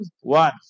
one